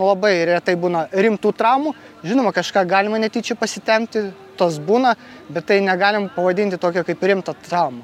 labai retai būna rimtų traumų žinoma kažką galima netyčia pasitempti tos būna bet tai negalim pavadinti tokia kaip rimta trauma